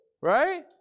right